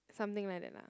something like that lah